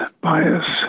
bias